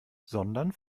sondern